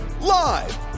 live